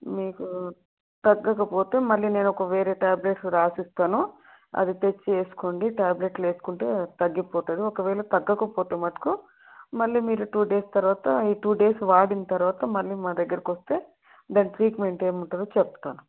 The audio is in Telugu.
మీకు తగ్గకపోతే మళ్ళీ నేను ఒక వేరే టాబ్లెట్స్ రాసిస్తాను అది తెచ్చి వేసుకోండి టాబ్లెట్లు వేసుకుంటే తగ్గిపోతుంది ఒకవేళ తగ్గకపోతే మటుకు మళ్ళీ మీరు టూ డేస్ తర్వాత ఈ టూ డేస్ వాడిన తర్వాత మళ్ళీ మా దగ్గరికి వస్తే దానికి ట్రీట్మెంట్ ఏమి ఉంటుందో చెప్తాను